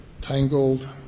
tangled